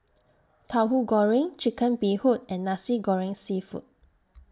Tauhu Goreng Chicken Bee Hoon and Nasi Goreng Seafood